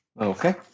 Okay